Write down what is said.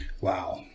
wow